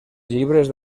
llibres